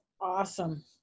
awesome